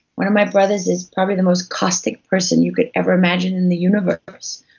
one of my brothers is probably the most caustic person you could ever imagine in the universe,